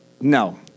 No